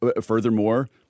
furthermore